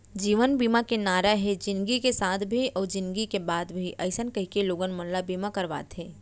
जीवन बीमा के नारा हे जिनगी के साथ भी अउ जिनगी के बाद भी अइसन कहिके लोगन मन ल बीमा करवाथे